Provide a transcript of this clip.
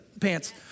pants